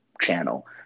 channel